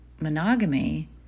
monogamy